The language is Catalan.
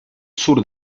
surt